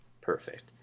Perfect